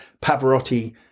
Pavarotti